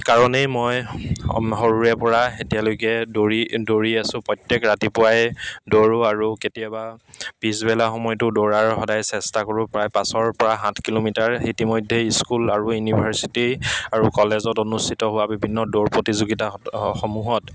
কাৰণেই মই সৰুৰেপৰা এতিয়ালৈকে দৌৰি দৌৰি আছোঁ প্ৰত্যেক ৰাতিপুৱাই দৌৰোঁ আৰু কেতিয়াবা পিছবেলা সময়তো দৌৰাৰ সদায় চেষ্টা কৰোঁ প্ৰায় পাঁচৰপৰা সাত কিলোমিটাৰ ইতিমধ্যে স্কুল আৰু ইউনিভাৰছিটি আৰু কলেজত অনুষ্ঠিত হোৱা বিভিন্ন দৌৰ প্ৰতিযোগিতাসমূহত